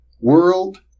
World